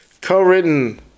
Co-written